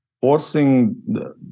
forcing